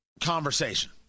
conversation